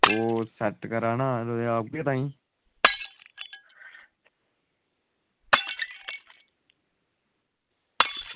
ते ओह् सेट कराना हा ते औगे ताहीं